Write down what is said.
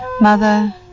Mother